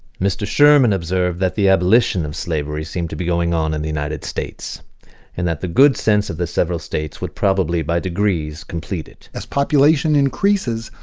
mr. sherman, observed that the abolition of slavery seemed to be going on in the united states and that the good sense of the several states would probably by degrees complete it. as population increases,